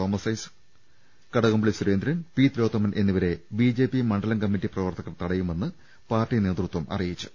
Thomas Isaac Kadakampally Surendran P Thilothaman എന്നിവരെ BJP മണ്ഡലം committee പ്രവർത്തകർ തടയുമെന്ന് പാർട്ടി നേതൃത്വം അറിയിച്ചു